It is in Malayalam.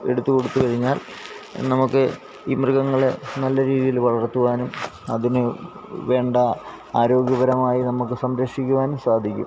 എടുത്തുകൊടുത്തു കഴിഞ്ഞാൽ നമുക്ക് ഈ മൃഗങ്ങളെ നല്ല രീതിയിൽ വളർത്തുവാനും അതിന് വേണ്ട ആരോഗ്യപരമായി നമുക്ക് സംരക്ഷിക്കുവാക്കാനും സാധിക്കും